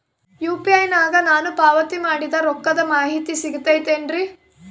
UPI ನಾಗ ನಾನು ಪಾವತಿ ಮಾಡಿದ ರೊಕ್ಕದ ಮಾಹಿತಿ ಸಿಗುತೈತೇನ್ರಿ?